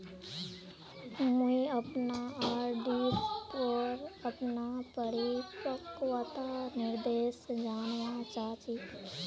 मुई अपना आर.डी पोर अपना परिपक्वता निर्देश जानवा चहची